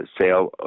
sale